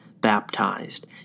baptized